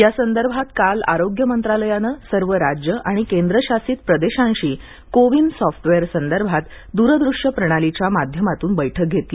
या संदर्भात काल आरोग्यमंत्रालयाने सर्व राज्ये आणि केंद्रशासित प्रदेशांशी को विनसॉफ्टवेअर संदर्भात द्रदृश्य प्रणालीच्या माध्यमातून बैठक घेतली